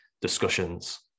discussions